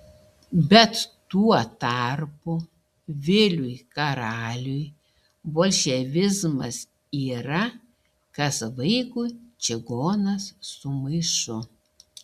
bet tuo tarpu viliui karaliui bolševizmas yra kas vaikui čigonas su maišu